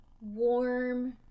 warm